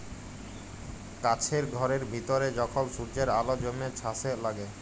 কাছের ঘরের ভিতরে যখল সূর্যের আল জ্যমে ছাসে লাগে